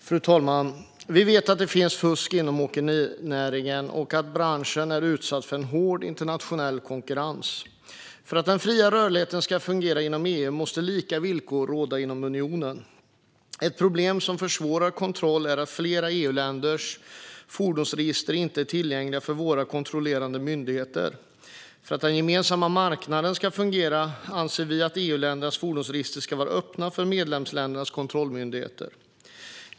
Fru talman! Vi vet att det finns fusk inom åkerinäringen och att branschen är utsatt för en hård internationell konkurrens. För att den fria rörligheten ska fungera inom EU måste lika villkor råda inom unionen. Ett problem som försvårar kontroller är att flera EU-länders fordonsregister inte är tillgängliga för våra kontrollerande myndigheter. För att den gemensamma marknaden ska fungera anser vi att alla EU-länders fordonsregister ska vara öppna för medlemsländernas kontrollmyndigheter.